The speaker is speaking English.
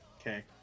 Okay